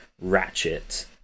Ratchet